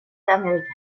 américain